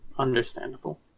Understandable